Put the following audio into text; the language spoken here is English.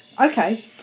Okay